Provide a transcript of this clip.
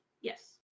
Yes